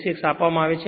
86 આપવામાં આવે છે